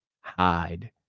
hide